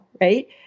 Right